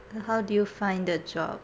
h~ how do you find the job